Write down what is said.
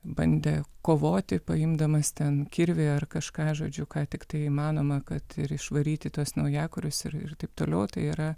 bandė kovoti paimdamas ten kirvį ar kažką žodžiu ką tiktai įmanoma kad ir išvaryti tuos naujakurius ir ir taip toliau tai yra